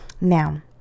Now